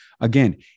Again